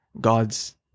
God's